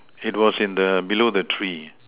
it was in the below the tree